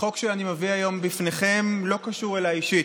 החוק שאני מביא היום לפניכם לא קשור אליי אישית,